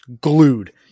glued